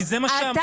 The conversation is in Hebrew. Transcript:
כי זה מה --- לא,